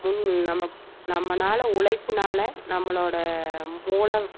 நம்ம நம்மளால் உழைப்பினால் நம்மளோடய மூளை